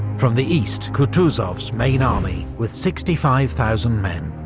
from the east, kutuzov's main army, with sixty five thousand men.